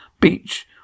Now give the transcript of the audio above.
Beach